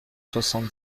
soixante